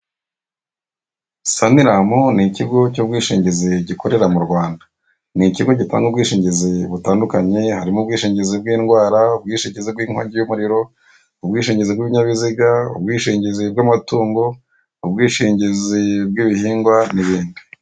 Sanilamu ni ikigo cy'ubwishingizi gikorera mu Rwanda. Ni ikigo gitanga ubwishingizi butandukanye, harimo ubwishingizi bw'indwara, ubwishingizi bw'inkongi y'umuriro, ubwishingizi bw'ibinyabiziga, ubwishingizi bw'amatungo, ubwishingizi bw'ibihingwa n'ibindi.